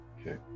Okay